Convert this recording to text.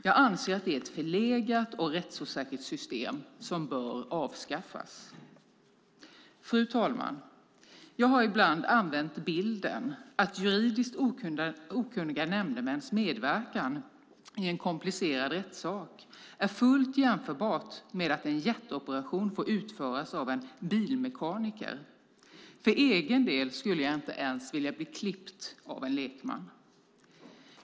Jag anser att det är ett förlegat och rättsosäkert system som bör avskaffas. Fru talman! Jag har ibland använt bilden att juridiskt okunniga nämndemäns medverkan i en komplicerad rättssak är fullt jämförbart med att en hjärtoperation får utföras av en bilmekaniker. För egen del skulle jag inte ens vilja bli klippt av en lekman.